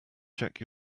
check